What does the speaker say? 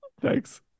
Thanks